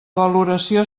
valoració